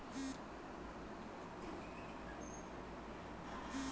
प्रियंका बताले कि निवेश परिव्यास अनुपातेर गणना केन न कराल जा छेक